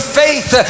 faith